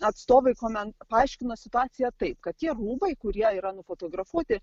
atstovai komen paaiškino situaciją taip kad tie rūbai kurie yra nufotografuoti